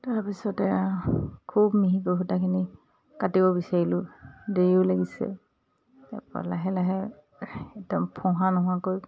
তাৰপিছতে খুব মিহিকৈ সূতাখিনি কাটিব বিচাৰিলোঁ দেৰিও লাগিছে তাৰপা লাহে লাহে একদম ফোহা নোহোৱাকৈ